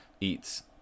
eats